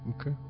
okay